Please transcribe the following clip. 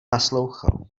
naslouchal